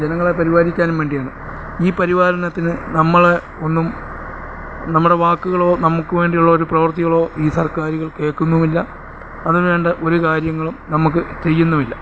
ജനങ്ങളെ പരിപാലിക്കാനും വേണ്ടിയാണ് ഈ പരിപാലനത്തിന് നമ്മളെ ഒന്നും നമ്മുടെ വാക്കുകളോ നമുക്ക് വേണ്ടിയുള്ള ഒരു പ്രവർത്തികളോ ഈ സർക്കാരുകൾ കേൾക്കുന്നുമില്ല അതിനുവേണ്ട ഒരു കാര്യങ്ങളും നമുക്ക് ചെയ്യുന്നുമില്ല